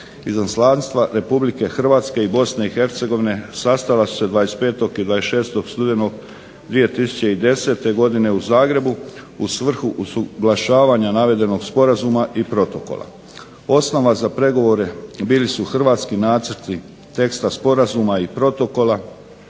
Izaslanstva RH i BiH sastala su se 25. i 26. studenog 2010. godine u Zagrebu u svrhu usuglašavanja navedenog sporazuma i protokola. Osnova za pregovore bili su hrvatski nacrti teksta sporazuma i protokola